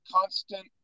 constant